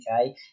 okay